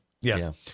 Yes